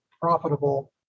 profitable